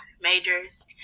majors